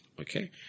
Okay